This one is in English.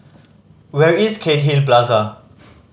where is Cairnhill Plaza